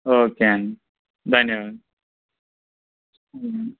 okay అండి ధన్యవాదాలు